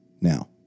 Now